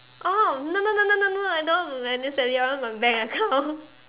oh no no no no no I don't want my annual salary I want my bank account